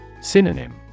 Synonym